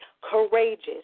courageous